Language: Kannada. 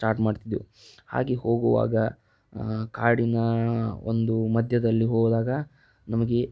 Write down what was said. ಸ್ಟಾರ್ಟ್ ಮಾಡ್ತಿದ್ದೆವು ಹಾಗೆ ಹೋಗುವಾಗ ಕಾಡಿನ ಒಂದು ಮಧ್ಯದಲ್ಲಿ ಹೋದಾಗ ನಮಗೆ